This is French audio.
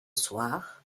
soir